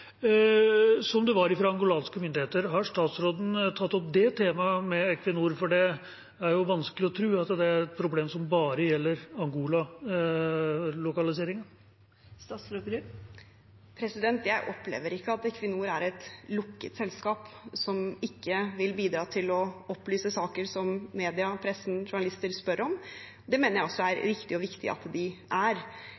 som det var fra angolanske myndigheter. Har statsråden tatt opp det temaet med Equinor? Det er jo vanskelig å tro at det er et problem som bare gjelder Angola-lokaliseringen. Jeg opplever ikke at Equinor er et lukket selskap som ikke vil bidra til å opplyse saker som media, pressen, journalister spør om. Det mener jeg også er